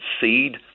seed